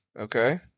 Okay